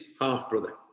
half-brother